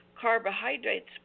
carbohydrates